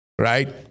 right